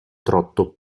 trotto